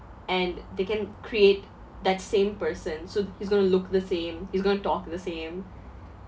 and they can create that same person so he's going to look the same he's going to talk the same